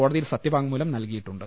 കോടതിയിൽ സത്യവാങ്മൂലം നല്കിയിട്ടുണ്ട്